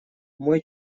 мой